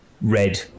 red